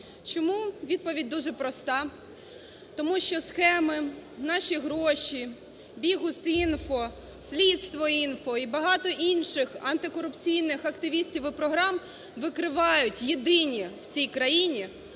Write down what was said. Чому? Відповідь дуже проста. Тому що "Схеми", "Наші гроші"," Bihus.info", "Слідство.інфо" і багато інших антикорупційних активістів і програм викривають єдині в цій країні,